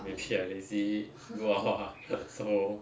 maybe I lazy go out ah so